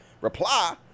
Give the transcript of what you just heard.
reply